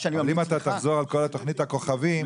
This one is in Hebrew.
אבל אם תחזור על כל תוכנית הכוכבים,